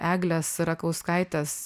eglės rakauskaitės